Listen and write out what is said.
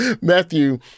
Matthew